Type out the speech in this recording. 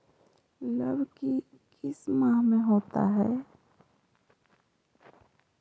लव की किस माह में होता है?